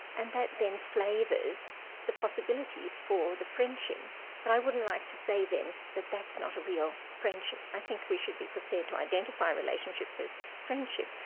and that then flavours the possibilities for the friendship but i wouldn't like to say then, that that's not a real friendship. i think we should be prepared to identify relationships as friendship,